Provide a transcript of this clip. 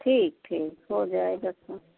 ठीक ठीक हो जाएगा काम